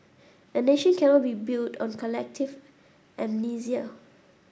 a nation cannot be built on collective amnesia